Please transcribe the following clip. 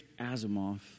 Asimov